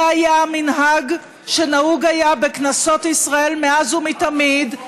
זה המנהג שהיה נהוג בכנסות ישראל מאז ומתמיד.